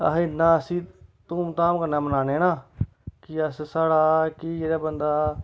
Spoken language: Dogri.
अस इ'न्ना इसी धूमधाम कन्नै मनान्ने नां कि अस साढ़ा कि जेह्ड़ा बंदा अग्गें